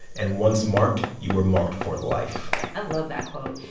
and once marked, you were marked for life i love that quote.